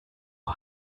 are